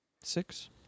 Six